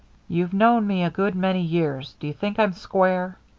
you've known me a good many years. do you think i'm square?